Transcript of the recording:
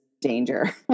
danger